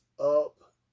up